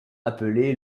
appelée